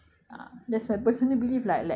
no wonder lah you know that kind of thing